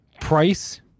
price